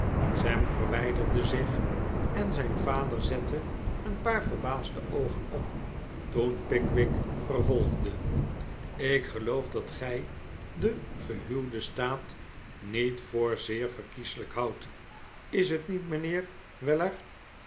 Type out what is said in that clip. sam verwijderde zich en zijn vader zette een paar verbaasde oogen op toen pickwick vervolgde ik geloof dat gij den gehuwden staat niet voor zeer verkieselijk houdt is het niet mijnheer weller